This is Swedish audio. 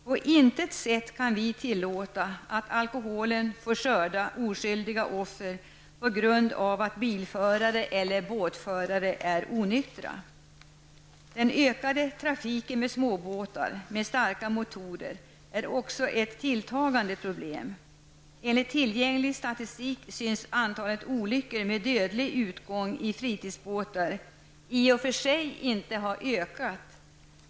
På intet sätt kan vi tillåta att alkoholen får skörda oskyldiga offer på grund av att bilförare eller båtförare är onyktra. Den ökade trafiken med småbåtar med starka motorer är också ett tilltagande problem. Enligt tillgänglig statistik syns antalet olyckor med dödlig utgång i fritidsbåtar i och för sig inte ha ökat.